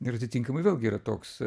ir atitinkamai vėlgi yra toks